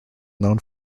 known